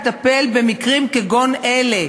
לטפל במקרים כגון אלה.